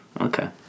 Okay